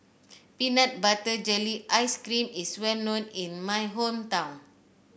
Peanut Butter Jelly Ice cream is well known in my hometown